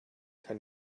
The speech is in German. kann